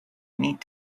need